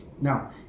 Now